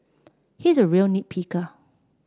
he is a real nit picker